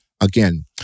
again